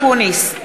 בעד אופיר אקוניס,